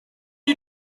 you